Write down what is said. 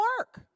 work